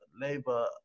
Labour